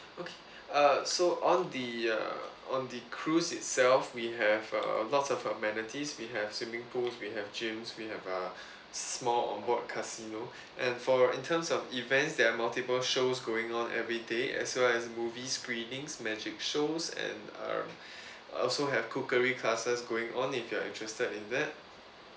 okay uh so on the ya on the cruise itself we have uh a lot of amenities we have swimming pools we have gyms we have uh small onboard casino and for in terms of events there are multiple shows going on every day as well as movie screenings magic shows and uh also have cookery classes going on if you are interested in that